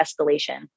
escalation